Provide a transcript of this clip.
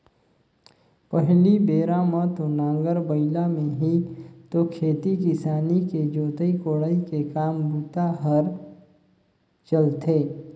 पहिली बेरा म तो नांगर बइला में ही तो खेती किसानी के जोतई कोड़ई के काम बूता हर चलथे